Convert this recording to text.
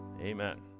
Amen